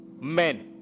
men